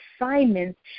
assignments